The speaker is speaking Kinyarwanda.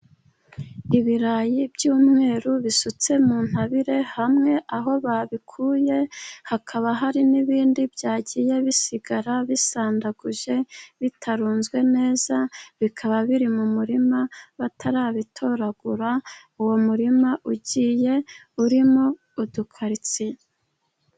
Ibirayi by'umweru bisutse mu ntabire, hamwe aho babikuye hakaba hari n'ibindi byagiye bisigara bisandaguje, bitarunzwe neza bikaba biri mu murima batarabitoragura, uwo murima ugiye urimo udukaritsiye.